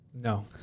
No